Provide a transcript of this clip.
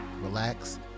Relax